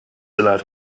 allowed